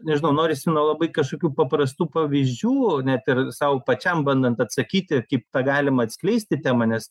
nežinau norisi nuo labai kažkokių paprastų pavyzdžių net ir sau pačiam bandant atsakyti kaip tą galima atskleisti temą nes